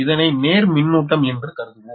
இதனை நேர் மின்னூட்டம் என்று கருதுவோம்